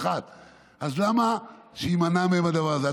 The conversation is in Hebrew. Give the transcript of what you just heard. אז למה שיימנע מהם הדבר הזה?